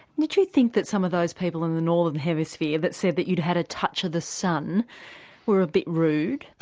did you think that some of those people in the northern hemisphere that said that you'd had a touch of the sun were a bit rude?